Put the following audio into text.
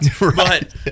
Right